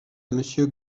monsieur